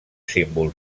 símbol